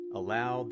allow